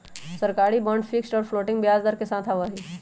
सरकारी bond fixed और floating ब्याज दर के साथ आवा हई